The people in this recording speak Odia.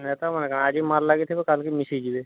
ନେତା ମାନେ କାଣା ଆଜି ମାଡ଼ ଲାଗିଥିବେ କାଲି ମିଶିଯିବେ